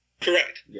Correct